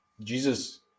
Jesus